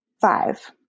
five